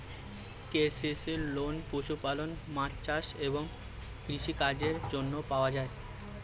KCC loan পশুপালন, মাছ চাষ এবং কৃষি কাজের জন্য পাওয়া যায়